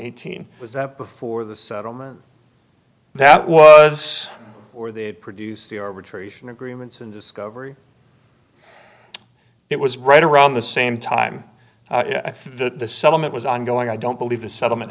eighteen was that before the settlement that was or they produced the arbitration agreements and discovery it was right around the same time i think the settlement was ongoing i don't believe the settlement